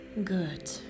Good